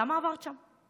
למה עברת שם?